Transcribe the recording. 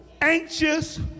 anxious